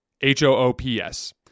H-O-O-P-S